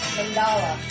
Mandala